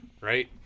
Right